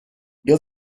ihr